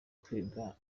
kwiga